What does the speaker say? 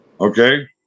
Okay